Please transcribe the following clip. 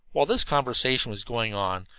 while this conversation was going on,